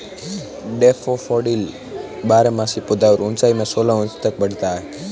daffodil एक बारहमासी पौधा है और ऊंचाई में सोलह इंच तक बढ़ता है